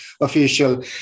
official